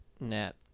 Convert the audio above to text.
net